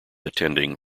attending